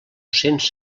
cents